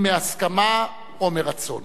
אם מהסכמה או מרצון.